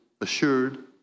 assured